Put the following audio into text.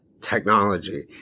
technology